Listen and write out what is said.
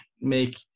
make